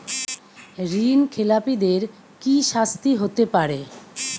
ঋণ খেলাপিদের কি শাস্তি হতে পারে?